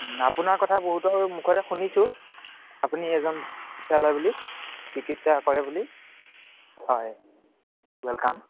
আপোনাৰ কথা বহুতৰ মুখতে শুনিছোঁ আপুনি এজন চিকিৎসালয় বুলি চিকিৎসা কৰে বুলি হয় ৱেলকাম